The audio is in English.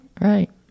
Right